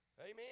Amen